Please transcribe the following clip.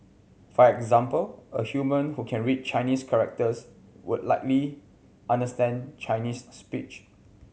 for example a human who can read Chinese characters would likely understand Chinese speech